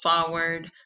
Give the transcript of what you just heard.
forward